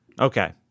Okay